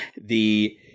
The-